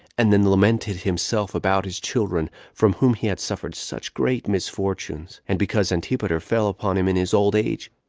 and then lamented himself about his children, from whom he had suffered such great misfortunes and because antipater fell upon him in his old age.